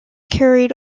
carried